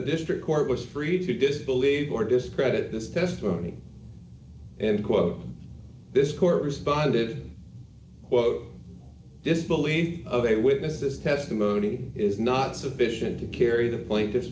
district court was free to disbelieve or discredit this testimony and quote this court responded quote this believe of a witness's testimony is not sufficient to carry the plaintiff